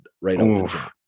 Right